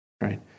Right